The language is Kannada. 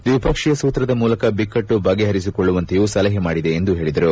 ದ್ವಿಪಕ್ಷೀಯ ಸೂತ್ರದ ಮೂಲಕ ಬಿಕ್ಕಟ್ಟು ಬಗೆಹರಿಸಿಕೊಳ್ಳುವಂತೆಯೂ ಸಲಹೆ ಮಾಡಿದೆ ಎಂದು ಹೇಳಿದರು